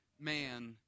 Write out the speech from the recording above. man